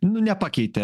nu pakeitė